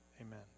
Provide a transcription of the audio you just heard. Amen